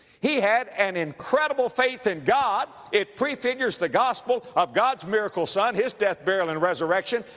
he had an incredible faith in god. it pre-figures the gospel of god's miracle son, his death, burial, and resurrection,